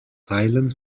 silent